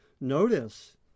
notice